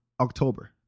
october